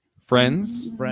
Friends